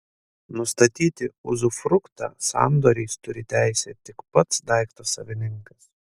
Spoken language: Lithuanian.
nustatyti uzufruktą sandoriais turi teisę tik pats daikto savininkas